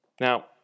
Now